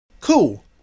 Cool